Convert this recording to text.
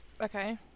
Okay